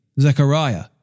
Zechariah